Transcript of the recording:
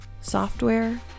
software